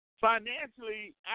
Financially